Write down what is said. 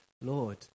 Lord